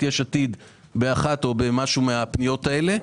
יש עתיד באחת או בכמה מן הפניות האלה,